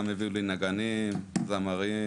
גם הביאו לי נגנים, זמרים.